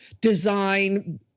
design